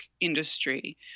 industry